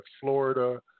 Florida